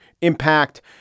impact